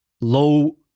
low